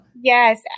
Yes